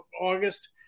August